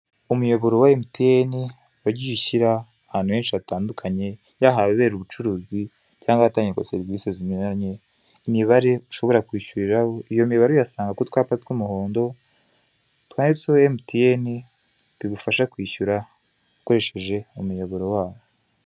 Umuyoboro wa MTN, wagiye gushyira ahantu henshi hatandukanye, (yaba ahabera ubucuruzi, cyangwa ahatangirwa serivise zinyuranye), imibare ushobora kwishyiriraho, iyo mibare uyisanga ku twapa tw'umuhondo twanditseho MTN, bigafasha kwishyura ukoresheje umuyoboro wayo.